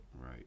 Right